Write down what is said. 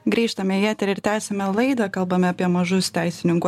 grįžtame į eterį ir tęsiame laidą kalbame apie mažus teisininkų